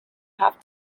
have